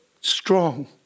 strong